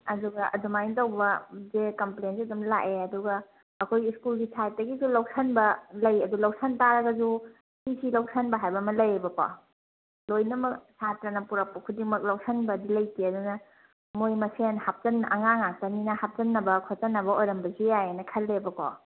ꯑꯗꯨꯒ ꯑꯗꯨꯃꯥꯏꯅ ꯇꯧꯕꯁꯦ ꯀꯝꯄ꯭ꯂꯦꯟꯁꯦ ꯑꯗꯨꯃ ꯂꯥꯛꯑꯦ ꯑꯗꯨꯒ ꯑꯩꯈꯣꯏ ꯁ꯭ꯀꯨꯜꯒꯤ ꯁꯥꯏꯠꯇꯒꯤꯁꯨ ꯂꯧꯁꯤꯟꯕ ꯂꯩ ꯑꯗꯨ ꯂꯧꯁꯤꯟꯇꯥꯔꯒꯁꯨ ꯁꯤꯁꯤ ꯂꯧꯁꯤꯟꯕ ꯍꯥꯏꯕ ꯑꯃ ꯂꯩꯌꯦꯕꯀꯣ ꯂꯣꯏꯅꯃꯛ ꯁꯥꯇ꯭ꯔꯅ ꯄꯨꯔꯛꯄ ꯈꯨꯗꯤꯡꯃꯛꯇꯤ ꯂꯧꯁꯤꯟꯕꯗꯤ ꯂꯩꯇꯦ ꯑꯗꯨꯅ ꯃꯣꯏ ꯃꯁꯦꯟ ꯍꯥꯞꯆꯤꯟ ꯑꯉꯥꯡ ꯉꯥꯛꯇꯅꯤꯅ ꯍꯥꯞꯆꯤꯟꯅꯕ ꯈꯣꯠꯆꯤꯟꯅꯕ ꯑꯣꯏꯔꯝꯕꯁꯨ ꯌꯥꯏꯅ ꯈꯜꯂꯦꯕꯀꯣ